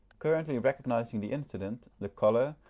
currently recognising the incident, the colour,